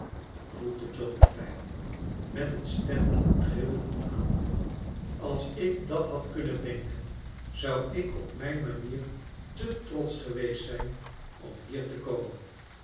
john er bij met een stem die trilde van aandoening als ik dat had kunnen denken zou ik op mijn manier te trotsch geweest zijn om hier te komen